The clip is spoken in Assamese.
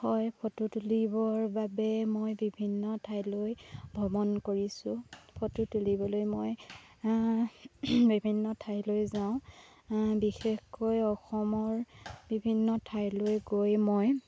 হয় ফটো তুলিবৰ বাবে মই বিভিন্ন ঠাইলৈ ভ্ৰমণ কৰিছোঁ ফটো তুলিবলৈ মই বিভিন্ন ঠাইলৈ যাওঁ বিশেষকৈ অসমৰ বিভিন্ন ঠাইলৈ গৈ মই